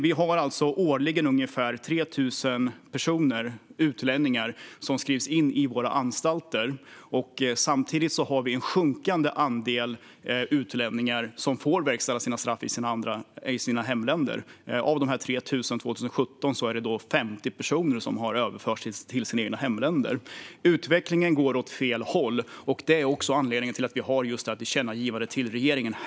Vi har årligen ungefär 3 000 personer, utlänningar, som skrivs in på våra anstalter. Samtidigt är det en sjunkande andel utlänningar som får sina straff verkställda i sina hemländer. Av de 3 000 var det 50 personer som under 2017 överfördes till sina hemländer. Utvecklingen går åt fel håll, och det är också anledningen till att vi har det här tillkännagivandet till regeringen.